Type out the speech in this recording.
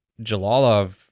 Jalalov